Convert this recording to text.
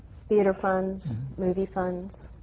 theatre funds, movie funds.